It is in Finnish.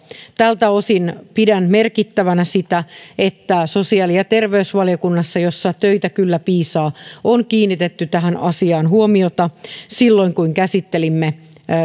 tältä osin pidän merkittävänä sitä että sosiaali ja terveysvaliokunnassa jossa töitä kyllä piisaa on kiinnitetty tähän asiaan huomiota silloin kun käsittelimme